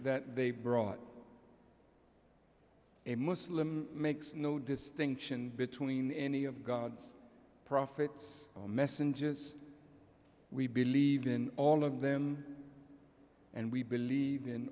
that they brought a muslim makes no distinction between any of god's prophets messengers we believe in all of them and we believe in